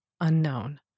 unknown